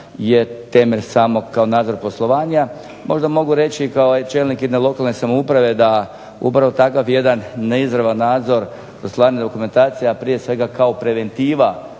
je temelj samog kao nadzor poslovanja. Možda mogu reći i kao čelnik jedne lokalne samouprave da upravo takav jedan neizravan nadzor kod slanje dokumentacija, a prije svega kao preventiva